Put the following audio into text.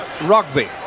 rugby